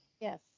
Yes